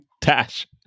dash